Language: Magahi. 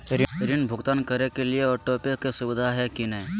ऋण भुगतान करे के लिए ऑटोपे के सुविधा है की न?